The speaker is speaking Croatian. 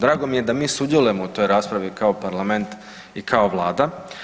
Drago mi je da mi sudjelujemo u toj raspravi kao Parlament i kao Vlada.